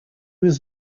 was